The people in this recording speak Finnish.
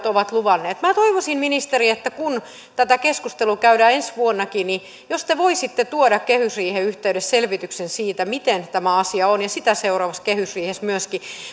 ovat luvanneet minä toivoisin ministeri että kun tätä keskustelua käydään ensi vuonnakin niin jos te voisitte tuoda kehysriihen yhteydessä selvityksen siitä miten tämä asia on ja sitä seuraavassa kehysriihessä myöskin